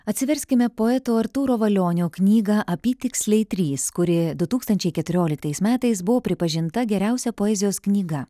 atsiverskime poeto artūro valionio knygą apytiksliai trys kuri du tūkstančiai keturioliktais metais buvo pripažinta geriausia poezijos knyga